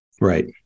Right